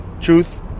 truth